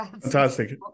Fantastic